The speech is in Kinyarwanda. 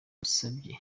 usabye